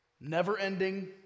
never-ending